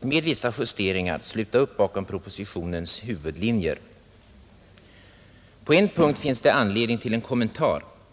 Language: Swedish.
med vissa justeringar sluta upp bakom propositionens huvudlinjer. På en punkt finns det anledning till en kommentar.